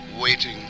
Waiting